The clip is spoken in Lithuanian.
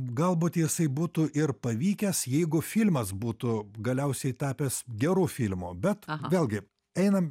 galbūt jisai būtų ir pavykęs jeigu filmas būtų galiausiai tapęs geru filmu bet vėlgi einam